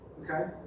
okay